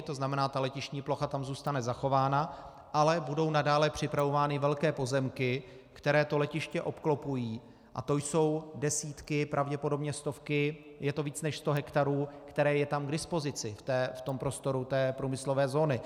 To znamená, letištní plocha tam zůstane zachována, ale budou nadále připravovány velké pozemky, které to letiště obklopují, a to jsou desítky, pravděpodobně stovky je to víc, než 100 hektarů, které jsou tam k dispozici v prostoru té průmyslové zóny.